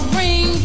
ring